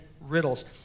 riddles